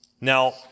now